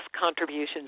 contributions